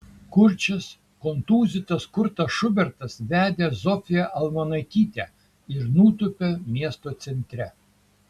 kurčias kontūzytas kurtas šubertas vedė zofiją almonaitytę ir nutūpė miesto centre